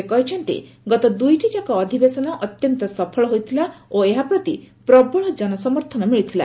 ସେ କହିଛନ୍ତି ଗତ ଦୂଇଟିଯାକ ଅଧିବେଶନ ଅତ୍ୟନ୍ତ ସଫଳ ହୋଇଥିଲା ଓ ଏହା ପ୍ରତି ପ୍ରବଳ ଜନସମର୍ଥନ ମିଳିଥିଲା